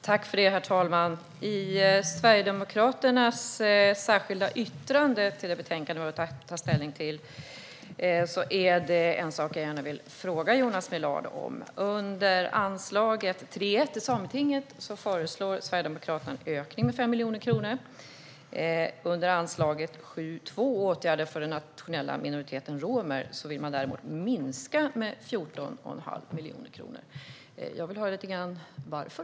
Herr talman! I Sverigedemokraternas särskilda yttrande i det betänkande vi har att ta ställning till finns det en sak som jag gärna vill fråga Jonas Millard om. Under anslaget 3:1 Sametinget föreslår Sverigedemokraterna en ökning med 5 miljoner kronor. Anslaget 7:2 Åtgärder för den nationella minoriteten romer vill man däremot minska med 14 1⁄2 miljon kronor. Jag vill höra lite grann om varför.